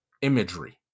imagery